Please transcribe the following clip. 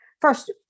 First